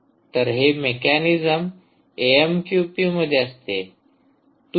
तर हे mechanism AMQP मध्ये असते